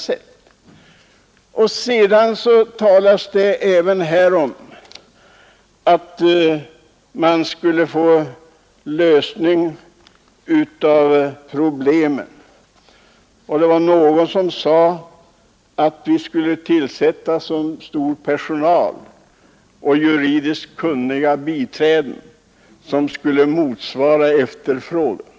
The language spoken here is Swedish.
Vidare har det talats om nödvändigheten av att lösa uppkomna problem, och någon sade att vi skulle tillsätta så stor personal och så många juridiskt kunniga biträden som motsvarar efterfrågan.